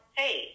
hey